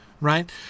right